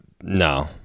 No